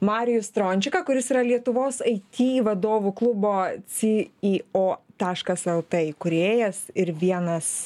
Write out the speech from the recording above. marijų strončiką kuris yra lietuvos it vadovų klubo ci i o taškas lt įkūrėjas ir vienas